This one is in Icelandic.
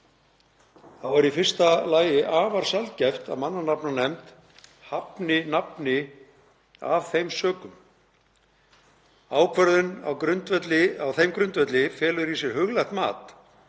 þá er í fyrsta lagi afar sjaldgæft að mannanafnanefnd hafni nafni af þeim sökum. Ákvörðun á þeim grundvelli felur í sér huglægt mat